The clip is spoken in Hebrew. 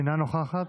אינה נוכחת,